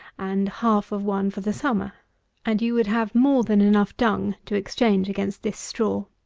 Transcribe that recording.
and half of one for the summer and you would have more than enough dung to exchange against this straw.